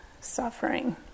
suffering